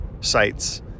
sites